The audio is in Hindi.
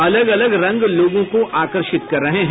अलग अलग रंग लोगों को आकर्षित कर रहे हैं